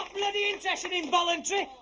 bloody involuntary,